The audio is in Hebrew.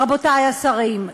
רבותי השרים,